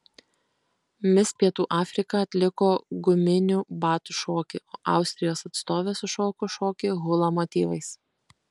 mis pietų afrika atliko guminių batų šokį o austrijos atstovė sušoko šokį hula motyvais